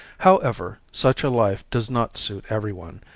however, such a life does not suit everyone,